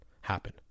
happen